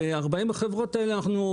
לגבי 40 החברות הללו,